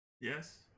Yes